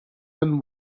and